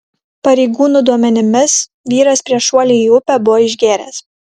pareigūnų duomenimis vyras prieš šuolį į upę buvo išgėręs